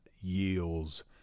yields